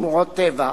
שמורות טבע,